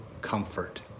comfort